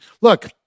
look